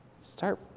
Start